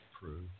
prove